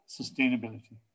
sustainability